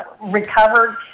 recovered